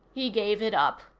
he gave it up.